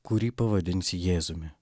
kurį pavadinsi jėzumi